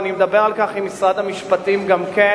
ואני מדבר על כך עם משרד המשפטים גם כן,